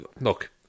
Look